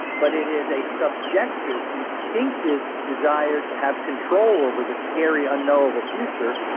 but it is a subjective, instinctive desire to have control over the scary unknowable future,